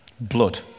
Blood